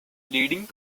leading